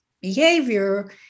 behavior